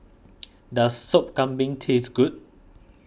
does Sop Kambing taste good